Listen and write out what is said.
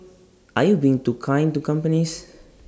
are you being too kind to companies